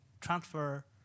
transfer